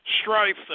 strife